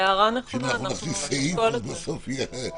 הערה נכונה, אנחנו נשקול את זה.